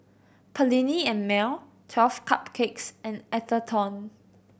Perllini and Mel Twelve Cupcakes and Atherton